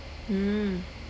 mm